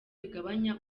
bigabanya